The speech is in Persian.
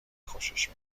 خوشش